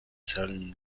san